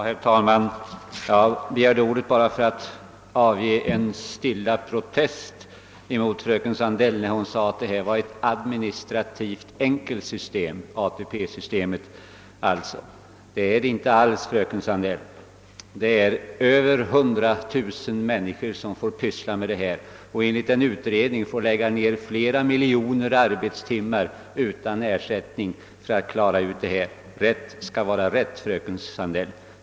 Herr talman! Jag begärde ordet endast för att stillsamt avge en protest mot fröken Sandells uttalande att ATP systemet är ett administrativt enkelt system. Det är det inte alls, fröken Sandell. över 100 000 personer sysslar med dessa ting, och de får enligt en utredning lägga ned flera miljoner arbetstimmar på saken. Rätt skall vara rätt, fröken Sandell!